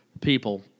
people